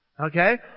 Okay